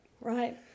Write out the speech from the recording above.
Right